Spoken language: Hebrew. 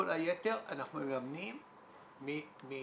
כל היתר אנחנו מממנים מתרומות.